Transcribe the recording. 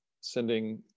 sending